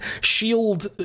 shield